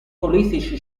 politici